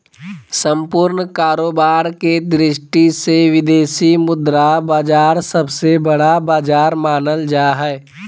सम्पूर्ण कारोबार के दृष्टि से विदेशी मुद्रा बाजार सबसे बड़ा बाजार मानल जा हय